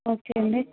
okay అండి